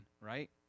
right